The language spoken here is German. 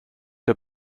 der